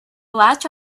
latch